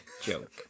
joke